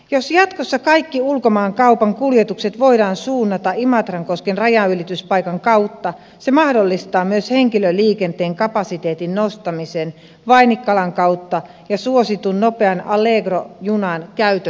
jos jatkossa kaikki ulkomaankaupan kuljetukset voidaan suunnata imatrankosken rajanylityspaikan kautta se mahdollistaa myös henkilöliikenteen kapasiteetin nostamisen vainikkalan kautta ja suositun nopean allegro junan käytön lisäämisen